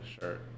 shirt